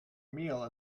meal